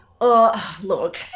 look